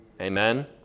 Amen